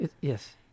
Yes